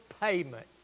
payment